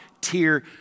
tier